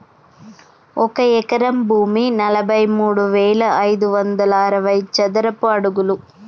ఒక ఎకరం భూమి నలభై మూడు వేల ఐదు వందల అరవై చదరపు అడుగులు